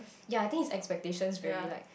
ya I think his expectations very like